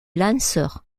lanceur